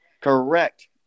Correct